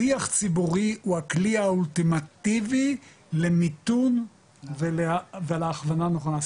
שיח ציבורי הוא הכלי האולטימטיבי למיתון ולהכוונה נכונה.